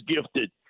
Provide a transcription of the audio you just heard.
gifted